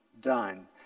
done